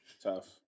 Tough